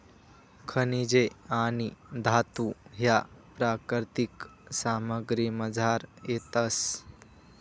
खनिजे आणि धातू ह्या प्राकृतिक सामग्रीमझार येतस